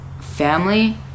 Family